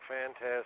fantastic